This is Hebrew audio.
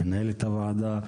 מנהלת ועדת הכלכלה,